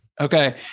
Okay